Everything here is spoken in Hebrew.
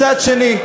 מצד שני,